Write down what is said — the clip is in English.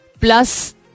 plus